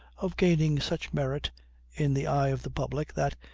of gaining such merit in the eye of the public, that,